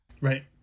right